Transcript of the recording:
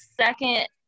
second